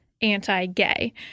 anti-gay